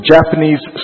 Japanese